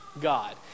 God